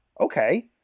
okay